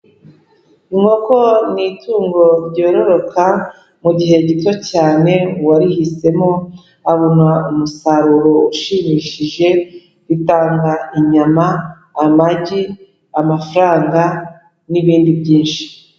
Inkoko ni itungo ryororoka mu gihe gito cyane, uwarihisemo abona umusaruro ushimishije, ritanga inyama, amagi, amafaranga n'ibindi byinshi.